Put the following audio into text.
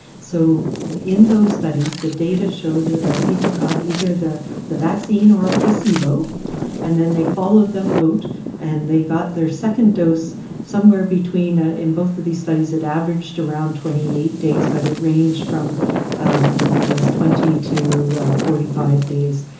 so in those studies, the data showed that people got either the the vaccine or a placebo and then they followed them out and they got their second dose somewhere between, ah in both of these studies had averaged around twenty eight days, but it ranged from i think it was twenty to forty five days.